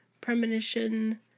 premonition